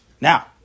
Now